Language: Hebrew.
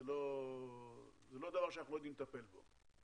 זה לא דבר שאנחנו לא יודעים לטפל בו.